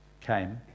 came